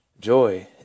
Joy